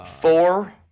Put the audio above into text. Four